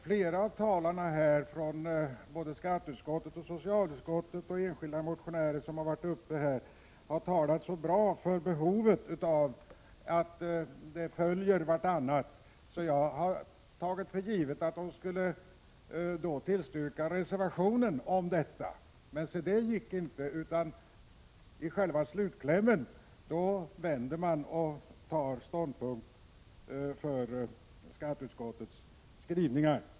Flera av talarna, både från skatteutskottet och från socialutskottet och enskilda motionärer som varit uppe, har talat så bra för behovet av en ändring av skatteskalorna att jag har tagit för givet att de skulle tillstyrka reservationen. Men se det gick inte, utan i själva slutklämmen vänder man och tar ståndpunkt för skatteutskottets skrivningar.